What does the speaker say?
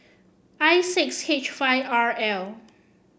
I six H five R L